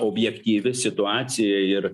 objektyvi situacija ir